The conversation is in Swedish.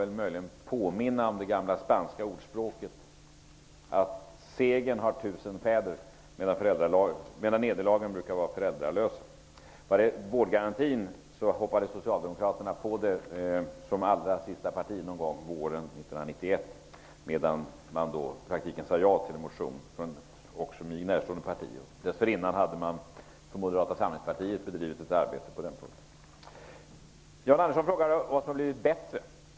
Jag vill påminna om det gamla spanska ordspråket om att segern har tusen fäder, medan nederlagen brukar vara föräldralösa. Socialdemokraterna hoppade på vårdgarantin som allra sista parti någon gång våren 1991 och sade i praktiken ja till en motion från ett mig närstående parti. Dessförinnan hade man från Moderata samlingspartiet bedrivit ett arbete på den punkten. Jan Andersson frågade vad som har blivit bättre.